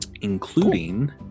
including